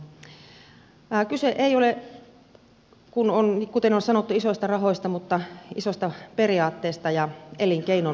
kyse ei ole kuten on sanottu isoista rahoista mutta isosta periaatteesta ja elinkeinon tukemisesta